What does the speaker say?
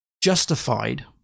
justified